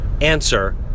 Answer